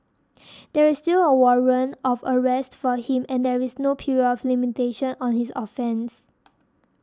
there is still a warrant of arrest for him and there is no period of limitation on his offence